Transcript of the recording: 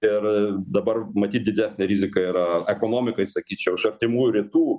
ir dabar matyt didesnė rizika yra ekonomikai sakyčiau iš artimųjų rytų